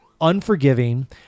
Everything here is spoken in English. unforgiving